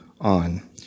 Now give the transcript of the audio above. on